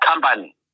company